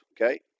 okay